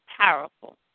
powerful